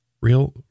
Real